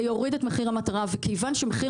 זה יוריד את מחיר המטרה וכיוון שמחיר